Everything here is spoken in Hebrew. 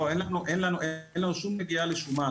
אין לנו שום נגיעה לשומה.